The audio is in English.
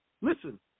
Listen